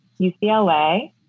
UCLA